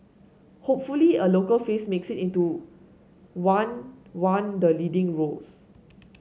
hopefully a local face makes it into one one the leading roles